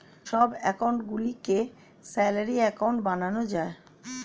সব অ্যাকাউন্ট গুলিকে salary account বানানো যায়